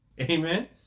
Amen